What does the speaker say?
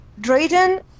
Drayden